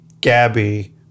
Gabby